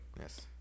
Yes